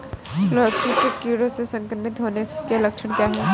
लौकी के कीड़ों से संक्रमित होने के लक्षण क्या हैं?